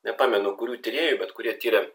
nepamenu kurių tyrėjų bet kurie tiria